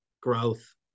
growth